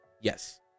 yes